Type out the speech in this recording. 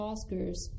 Oscars